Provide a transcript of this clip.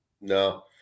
no